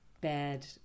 bed